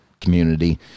community